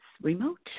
remote